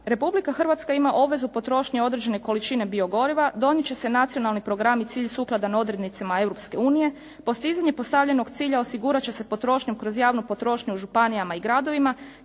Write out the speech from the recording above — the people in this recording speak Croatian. Republika Hrvatska ima obvezu potrošnje određene količine biogoriva, donijet će se nacionalni program i cilj sukladan odrednicama Europske unije, postizanje postavljenog cilja osigurat će se potrošnjom kroz javnu potrošnju županijama i gradovima.